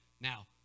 Now